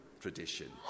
tradition